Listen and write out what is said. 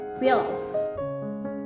wheels